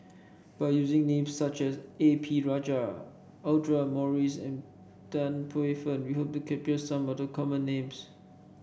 by using names such as A P Rajah Audra Morrice and Tan Paey Fern we hope to capture some of the common names